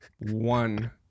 one